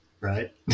Right